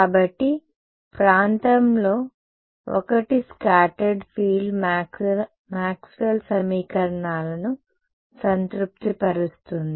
కాబట్టి ప్రాంతంలో I scattered field Maxwell సమీకరణాలను సంతృప్తిపరుస్తుంది